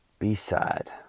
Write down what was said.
b-side